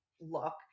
look